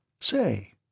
Say